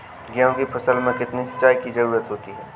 गेहूँ की फसल में कितनी सिंचाई की जरूरत होती है?